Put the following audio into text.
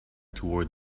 toward